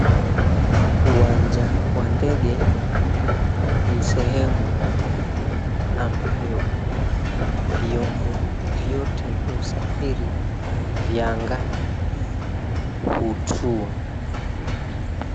Uwanja wa ndege ni sehemu ambayo vyombo vyote vya usafiri vya angani hutua.